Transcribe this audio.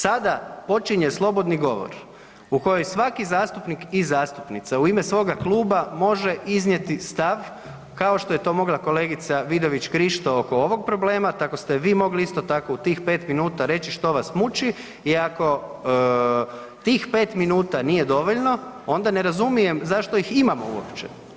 Sada počinje slobodni govor u kojoj svaki zastupnik i zastupnica u ime svoga kluba može iznijeti stav kao što je to mogla kolegica Vidović Krišto oko ovog problema, tako ste vi mogli isto tako u tih pet minuta reći što vas muči i ako tih pet minuta nije dovoljno onda ne razumijem zašto ih imamo uopće.